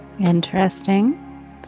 Interesting